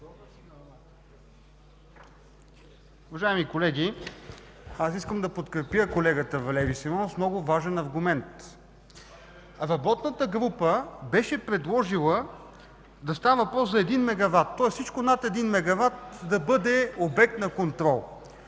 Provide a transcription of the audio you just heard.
Уважаеми колеги, аз искам да подкрепя колегата Валери Симеонов с много важен аргумент. Работната група беше предложила да става въпрос за 1 мегават, тоест всичко над 1 мегават да бъде обект на контрол.